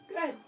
Good